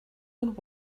and